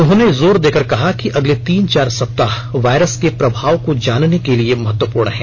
उन्होंने जोर देकर कहा कि अगले तीन चार सप्ताह वायरस के प्रभाव को जानने के लिए महत्वपूर्ण हैं